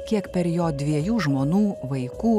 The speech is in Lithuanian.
kiek per jo dviejų žmonų vaikų